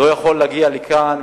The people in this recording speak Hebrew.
אני לא יכול להגיע לכאן,